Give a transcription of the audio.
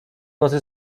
nocy